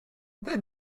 that